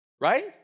right